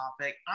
topic